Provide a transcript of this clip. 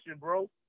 bro